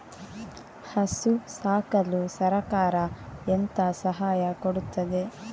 ಹಸು ಸಾಕಲು ಸರಕಾರ ಎಂತ ಸಹಾಯ ಕೊಡುತ್ತದೆ?